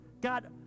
God